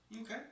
Okay